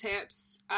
tips